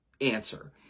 answer